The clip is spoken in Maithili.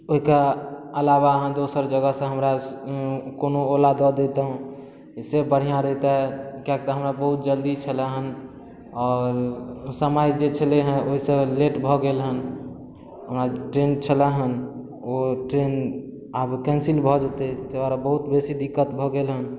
ओहिके अलावा अहाँ दोसर जगहसँ कोनो ओला दऽ देतहुँ से बढ़िआँ रहितै किएक तऽ हमरा बहुत जल्दी छलै हेँ आओर समय जे छलै हेँ ओहिसँ लेट भऽ गेल हेँ ओना ट्रेन छलै हेँ ओ ट्रेन आब कैन्सिल भऽ जेतै ताहि दुआरे बहुत बेसी दिक्कत भऽ गेल हेँ